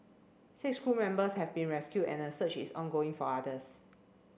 six crew members have been rescued and a search is ongoing for others